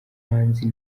imanzi